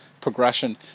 progression